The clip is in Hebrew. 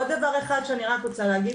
עוד דבר אחד שאני רק רוצה להגיד.